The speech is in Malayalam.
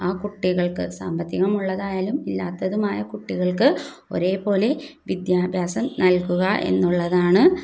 ആ കുട്ടികൾക്ക് സാമ്പത്തികമുള്ളതായാലും ഇല്ലാത്തതുമായ കുട്ടികൾക്ക് ഒരേപോലെ വിദ്യാഭ്യാസം നൽകുക എന്നുള്ളതാണ്